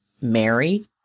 Mary